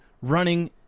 running